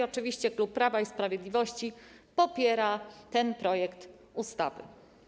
Oczywiście klub Prawa i Sprawiedliwości popiera ten projekt ustawy.